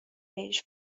بهش